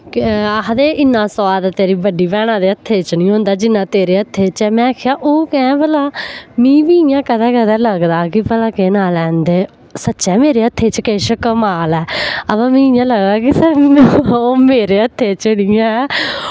केह् आखदे इन्ना सोआद तेरी बड्डी भैना दे हत्थे च निं होंदा जिन्ना तेरे हत्थे च ऐ मैं आखेआ ओह् कैंह् भला मीं बी इ'यां कदै कदै लगदा कि भला केह् ना लैंदे सच्चै मेरे हत्थे च किश कमाल ऐ अमां मीं इ'यां लगदा कि ओह् मेरे हत्थे च निं ऐ